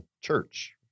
church